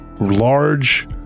large